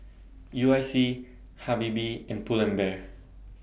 U I C Habibie and Pull and Bear